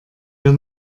wir